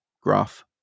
graph